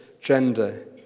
gender